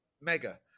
mega